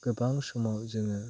गोबां समाव जोङो